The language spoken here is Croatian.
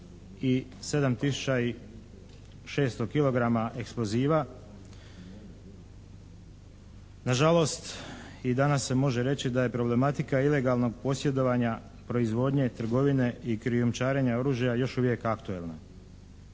i 600 kilograma eksploziva. Nažalost i danas se može reći da je problematika ilegalnog posjedovanja proizvodnje, trgovine i krijumčarenja oružja još uvijek aktualna.